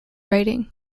writing